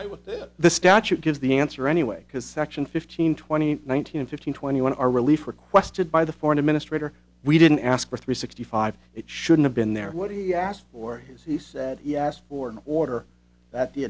i would fit the statute gives the answer anyway because section fifteen twenty one thousand and fifteen twenty one are relief requested by the foreign administrator we didn't ask for three sixty five it shouldn't have been there what he asked for his he said he asked for an order that the